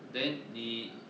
then 你